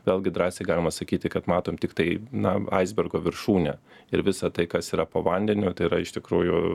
vėlgi drąsiai galima sakyti kad matom tiktai na aisbergo viršūnę ir visą tai kas yra po vandeniu tai yra iš tikrųjų